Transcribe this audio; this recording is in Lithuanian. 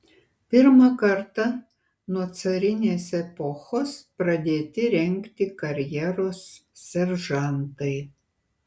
pirmą kartą nuo carinės epochos pradėti rengti karjeros seržantai